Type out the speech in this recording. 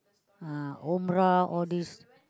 uh umrah all these